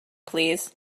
please